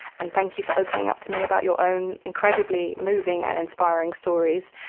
and thank you for opening up to me about your own incredibly moving and inspiring stories.